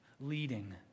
leading